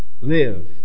Live